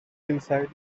inside